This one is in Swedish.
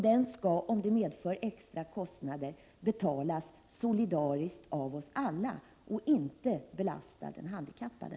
Den skall, om det medför extra kostnader, betalas solidariskt av oss alla och inte belasta den handikappade.